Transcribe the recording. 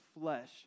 flesh